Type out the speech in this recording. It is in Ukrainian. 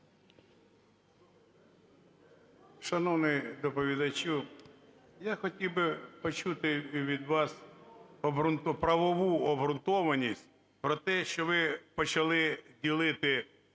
Шановний доповідачу, я хотів би почути від вас правову обгрунтованість про те, що ви почали ділити на касти: